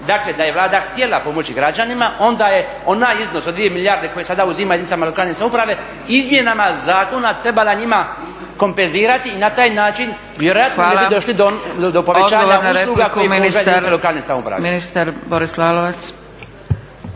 Dakle, da je Vlada htjela pomoći građanima, onda je onaj iznos od 2 milijarde koje sada uzima jedinicama lokalne samouprave izmjenama zakona trebala njima kompenzirati i na taj način vjerojatno mi bi došli do povećanja… **Zgrebec, Dragica (SDP)** Hvala.